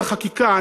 החקיקה,